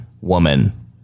woman